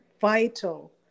vital